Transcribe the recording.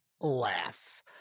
laugh